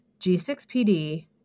G6PD